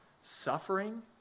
suffering